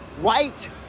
white